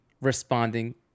responding